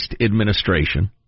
administration